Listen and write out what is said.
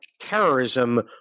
terrorism